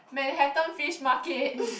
Manhattan Fish Market